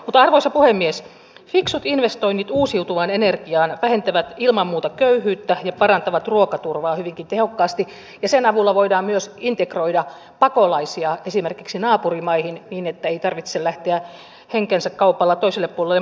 mutta arvoisa puhemies fiksut investoinnit uusiutuvaan energiaan vähentävät ilman muuta köyhyyttä ja parantavat ruokaturvaa hyvinkin tehokkaasti ja sen avulla voidaan myös integroida pakolaisia esimerkiksi naapurimaihin niin että ei tarvitse lähteä henkensä kaupalla toiselle puolelle maapalloa